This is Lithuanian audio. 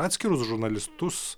atskirus žurnalistus